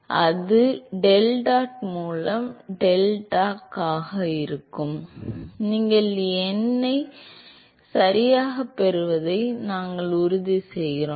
எனவே அது டெல்டாட் மூலம் டெல்டாக் ஆகும் நீங்கள் எண்களை சரியாகப் பெறுவதை நாங்கள் உறுதிசெய்கிறோம்